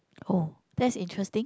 oh that's interesting